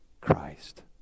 Christ